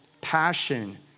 passion